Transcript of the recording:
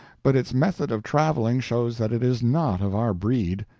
but its method of traveling shows that it is not of our breed.